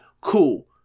cool